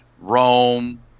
Rome